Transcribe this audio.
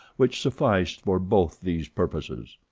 which sufficed for both these purposes.